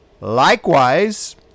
Likewise